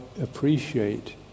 appreciate